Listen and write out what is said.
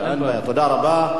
תודה רבה.